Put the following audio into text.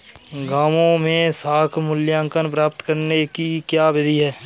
गाँवों में साख मूल्यांकन प्राप्त करने की क्या विधि है?